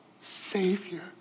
savior